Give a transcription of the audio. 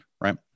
right